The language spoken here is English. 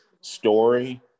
story